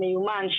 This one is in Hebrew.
מיומן,